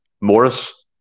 Morris